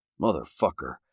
Motherfucker